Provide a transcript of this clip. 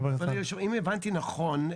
אם הבנתי נכון,